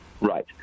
Right